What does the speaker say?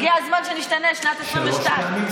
הגיע הזמן שנשתנה, שנת 2022. שלוש פעמים?